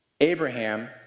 Abraham